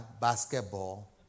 basketball